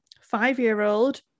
five-year-old